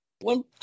one